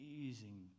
amazing